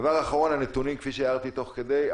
דבר אחרון, הנתונים, כפי שהערתי תוך כדי.